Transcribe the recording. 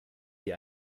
sie